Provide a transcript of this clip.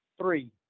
three